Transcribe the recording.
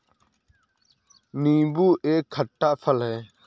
नीबू एक खट्टा फल है